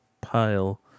pile